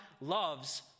loves